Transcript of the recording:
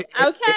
Okay